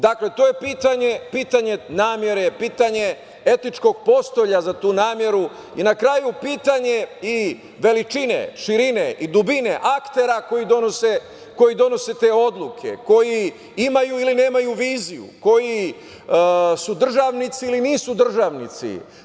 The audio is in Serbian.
Dakle, to je pitanje namere, pitanje etičkog postolja za tu nameru i na kraju pitanje i veličine, širine i dubine aktera koji donose te odluke, koji imaju ili nemaju viziju, koji su državnici ili nisu državnici.